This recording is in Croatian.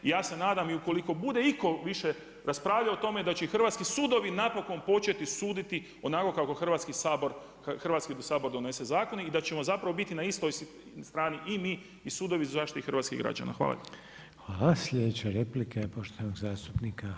I ja se nadam i ukoliko bude itko više raspravljao o tome da će i hrvatski sudovi napokon početi suditi onako kako Hrvatski sabor donese zakone i da ćemo zapravo biti na istoj strani i mi i sudovi za zaštitu hrvatskih građana.